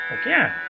Okay